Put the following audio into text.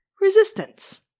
resistance